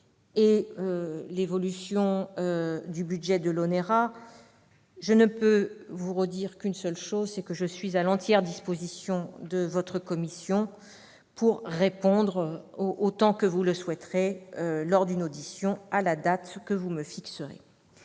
et l'évolution du budget de l'ONERA. Je ne peux vous redire qu'une chose : je suis à l'entière disposition de votre commission pour répondre, autant que vous le souhaiterez, lors d'une audition, à la date que vous me fixerez.